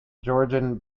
georgian